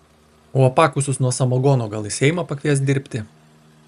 o apakusius nuo samagono gal į seimą pakvies dirbti